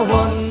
one